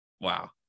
wow